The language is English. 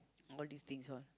all these things all